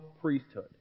priesthood